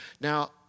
Now